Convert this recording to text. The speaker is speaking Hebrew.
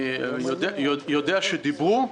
אני יודע שדיברו.